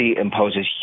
imposes